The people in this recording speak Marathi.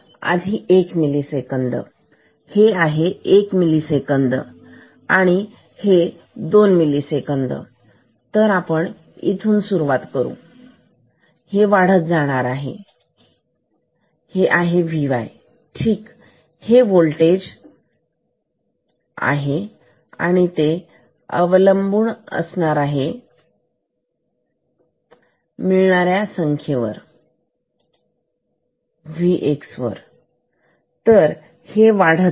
तर आधी 1 मिली सेकंद हे आहे एक मिली सेकंद हे आहे दोन मिलीसेकंद तर इथून सुरुवात करून हे वाढत जाणार आहे हे आहे Vy ठीक हे वोल्टेज आहे आणि ते अवलंबून राहणार आहे किती जास्त होईल त्याची संख्या अवलंबून असणार आहे Vx वर